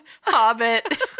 Hobbit